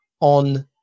on